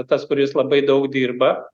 tas kuris labai daug dirba